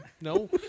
no